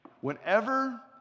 whenever